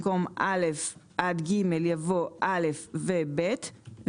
במקום "(א) עד (ג)" יבוא "(א) ו- (ב)";